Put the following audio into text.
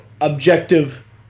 objective